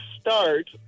start